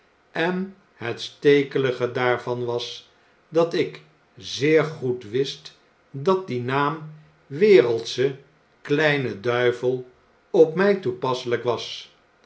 en het stekelige daarvan was dat ik zeer goed wist dat die naam wereldsche kleine duivel op my toepasselp was